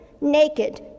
naked